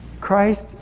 Christ